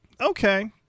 okay